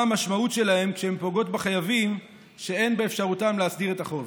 מה המשמעות שלהן כשהן פוגעות בחייבים שאין באפשרותם להסדיר את החוב?